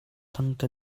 tangka